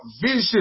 vision